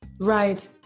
Right